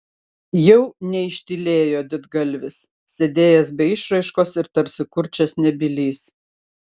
jau neištylėjo didgalvis sėdėjęs be išraiškos ir tarsi kurčias nebylys